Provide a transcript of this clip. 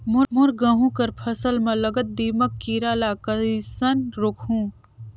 मोर गहूं कर फसल म लगल दीमक कीरा ला कइसन रोकहू?